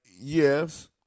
yes